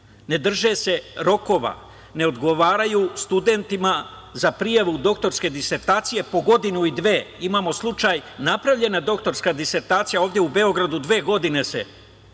Ne drže se rokova, ne odgovaraju studentima za prijavu doktorske disertacije po godinu i dve. Imamo slučaj, napravljena doktorska disertacija ovde u Beogradu, dve godine se